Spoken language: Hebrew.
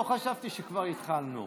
לא חשבתי שכבר התחלנו.